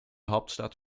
hauptstadt